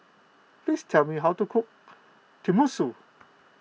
please tell me how to cook Tenmusu